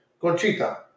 Conchita